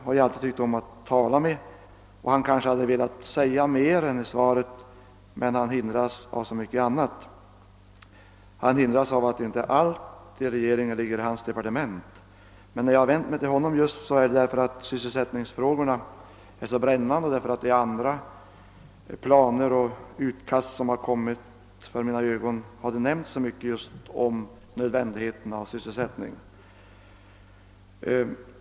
Jag har alltid tyckt om att tala med herr Holmqvist, och han kanske hade velat säga mer än han gjort i svaret men hindrats av så mycket annat, bl.a. av att inte allt i regeringen ligger i hans departement. Men att jag vänt mig till just honom beror på att sysselsättningsfrågorna är så brännande och därför att det i andra planer och utkast, som kommit under mina ögon, nämnts så mycket om nödvändigheten av att bereda sysselsättning.